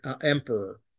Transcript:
emperor